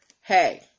hey